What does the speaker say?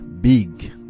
big